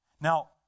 Now